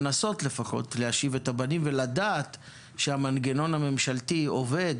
לנסות לפחות להשיב את הבנים ולדעת שהמנגנון הממשלתי עובד